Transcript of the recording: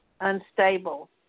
unstable